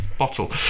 bottle